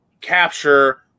capture